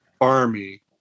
army